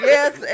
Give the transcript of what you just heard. Yes